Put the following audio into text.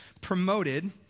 promoted